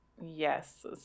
Yes